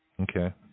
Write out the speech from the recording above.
Okay